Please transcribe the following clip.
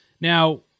Now